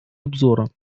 обзора